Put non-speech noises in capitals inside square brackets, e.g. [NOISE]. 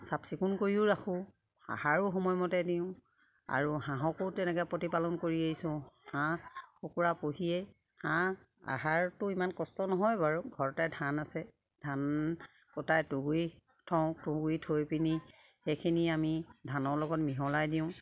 চাফ চিকুণ কৰিও ৰাখোঁ আহাৰো সময়মতে দিওঁ আৰু হাঁহকো তেনেকে প্ৰতিপালন কৰি আহিছোঁ হাঁহ কুকুৰা পুহিয়েই হাঁহ আহাৰটো ইমান কষ্ট নহয় বাৰু ঘৰতে ধান আছে ধান [UNINTELLIGIBLE] তুঁহগুড়ি থওঁ তুঁহগুড়ি থৈ পিনি সেইখিনি আমি ধানৰ লগত মিহলাই দিওঁ